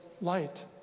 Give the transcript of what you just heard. light